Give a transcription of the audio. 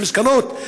עם זקנות,